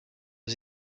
aux